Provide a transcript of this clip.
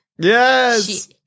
Yes